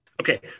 Okay